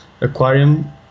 aquarium